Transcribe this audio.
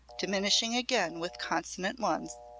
diminishing again with consonant ones.